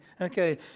okay